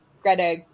Greta